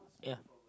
ya